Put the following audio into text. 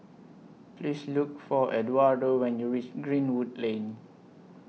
Please Look For Eduardo when YOU REACH Greenwood Lane